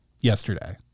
yesterday